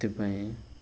ଏଥିପାଇଁ